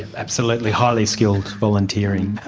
absolutely, highly skilled volunteering. ah